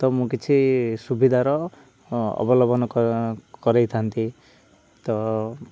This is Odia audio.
ତ ମୁଁ କିଛି ସୁବିଧାର ଅବଲମ୍ବନ କରାଇଥାନ୍ତି ତ